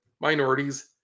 minorities